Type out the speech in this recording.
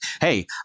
hey